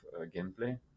gameplay